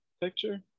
picture